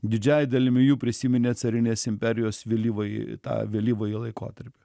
didžiąja dalimi jų prisiminė carinės imperijos vėlyvąjį tą vėlyvąjį laikotarpį